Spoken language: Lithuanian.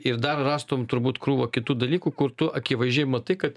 ten yra ir dar rastumei turbūt krūvą kitų dalykų kur tu akivaizdžiai matai kad